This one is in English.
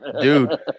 dude